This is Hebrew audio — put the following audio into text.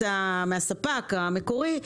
מהספק המקורי,